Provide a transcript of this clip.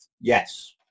Yes